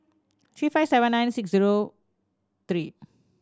three five seven nine six zero three